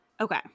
okay